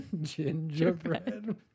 Gingerbread